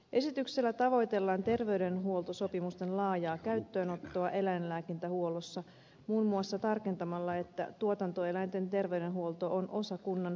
esityksellä tavoitellaan terveydenhuoltosopimusten laajaa käyttöönottoa eläinlääkintähuollossa muun muassa tarkentamalla että tuotantoeläinten terveydenhuolto on osa kunnan peruseläinlääkäripalvelua